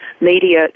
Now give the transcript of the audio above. media